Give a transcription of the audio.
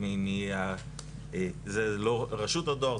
ה- רשות הדואר,